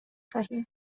خواهیم